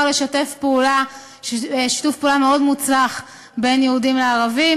לשתף שיתוף פעולה מאוד מוצלח בין יהודים לערבים,